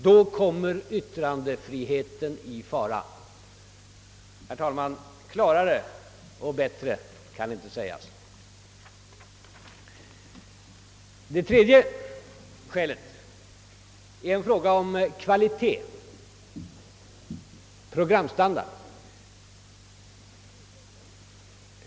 Då kommer yttrandefriheten i fara.» Herr talman! Klarare och bättre kan det inte sägas. Det tredje skälet är en fråga om kvalitet, programstandard.